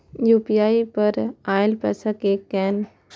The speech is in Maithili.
यू.पी.आई पर आएल पैसा कै कैन?